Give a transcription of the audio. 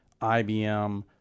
IBM